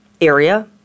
area